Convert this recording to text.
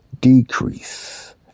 decrease